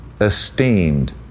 esteemed